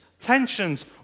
tensions